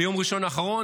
ביום ראשון האחרון,